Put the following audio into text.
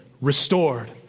restored